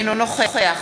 אינו נוכח